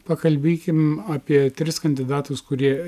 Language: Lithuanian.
pakalbėkim apie tris kandidatus kurie